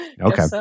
okay